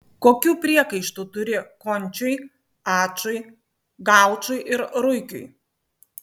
kokių priekaištų turi končiui ačui gaučui ir ruikiui